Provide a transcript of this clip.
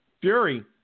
Fury